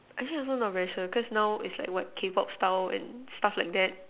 actually I also not very cause now is like what K pop style and stuff like that